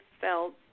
felt